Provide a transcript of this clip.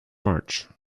march